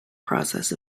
process